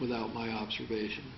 without my observation